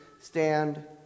stand